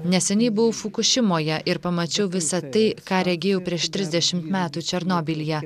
neseniai buvau fukušimoje ir pamačiau visą tai ką regėjo prieš trisdešimt metų černobylyje